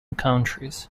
countries